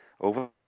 over